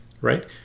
right